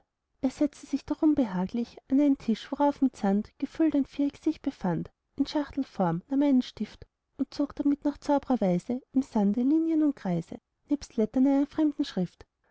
er setzte sich darum behaglich an einen tisch worauf mit sand gefüllt ein viereck sich befand in schachtelform nahm einen stift und zog damit nach zaubrerweise im sande linien und kreise nebst lettern einer fremden schrift